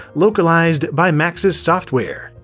localized by maxis software.